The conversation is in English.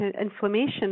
inflammation